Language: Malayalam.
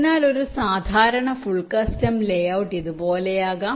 അതിനാൽ ഒരു സാധാരണ ഫുൾ കസ്റ്റം ലേഔട്ട് ഇതുപോലെയാകാം